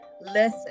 Listen